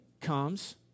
comes